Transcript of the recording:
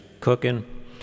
cooking